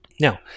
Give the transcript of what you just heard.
Now